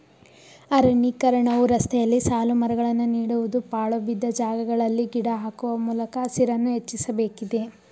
ಅರಣ್ಯೀಕರಣವು ರಸ್ತೆಯಲ್ಲಿ ಸಾಲುಮರಗಳನ್ನು ನೀಡುವುದು, ಪಾಳುಬಿದ್ದ ಜಾಗಗಳಲ್ಲಿ ಗಿಡ ಹಾಕುವ ಮೂಲಕ ಹಸಿರನ್ನು ಹೆಚ್ಚಿಸಬೇಕಿದೆ